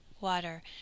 water